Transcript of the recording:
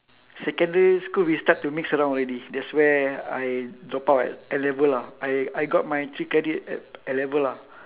secondary school we start to mix around already that's where I drop out at N-level lah I I got my three credit at N-level lah